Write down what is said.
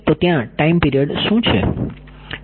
તો ત્યાં time period શું છે